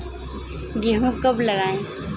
गेहूँ कब लगाएँ?